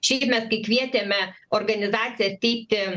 šįmet kai kvietėme organizaciją teikti